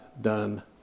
done